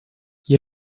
you